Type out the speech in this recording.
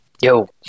Yo